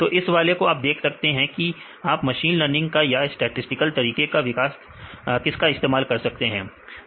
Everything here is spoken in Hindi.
तो इस वाले से आप देख सकते हैं कि आप मशीन लर्निंग का या स्टैटिसटिकल तरीके का किसका इस्तेमाल कर सकते हैं